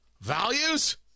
Values